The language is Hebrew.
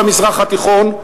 במזרח התיכון,